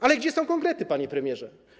Ale gdzie są konkrety, panie premierze?